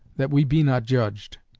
that we be not judged.